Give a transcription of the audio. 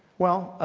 well,